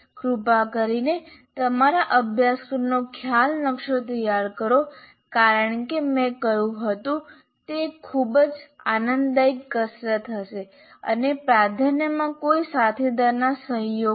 કૃપા કરીને તમારા અભ્યાસક્રમનો ખ્યાલ નકશો તૈયાર કરો કારણ કે મેં કહ્યું હતું કે તે એક ખૂબ જ આનંદદાયક કસરત હશે અને પ્રાધાન્યમાં કોઈ સાથીદારના સહયોગથી